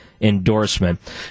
endorsement